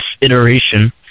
iteration